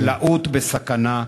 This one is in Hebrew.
החקלאות בסכנה.